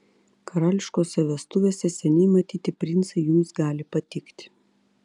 karališkose vestuvėse seniai matyti princai jums gali patikti